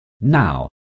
Now